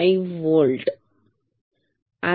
5 volt ठीक